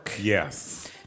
Yes